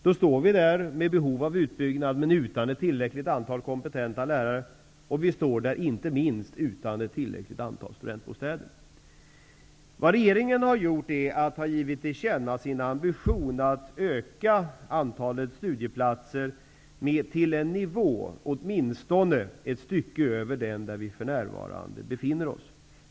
Då står vi där, med behov av utbyggnad men utan tillräckligt många kompetenta lärare och -- inte minst -- utan tillräckligt många studentbostäder. Vad regeringen har gjort är att vi har givit till känna vår ambition att öka antalet studieplatser till en nivå som ligger åtminstone ett stycke över den där vi för närvarande befinner oss.